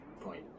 point